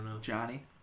Johnny